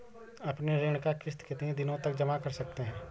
अपनी ऋण का किश्त कितनी दिनों तक जमा कर सकते हैं?